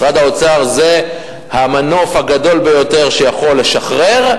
משרד האוצר זה המנוף הגדול ביותר שיכול לשחרר,